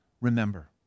Remember